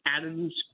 Adams